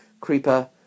Creeper